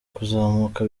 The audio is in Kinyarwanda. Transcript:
kuzamuka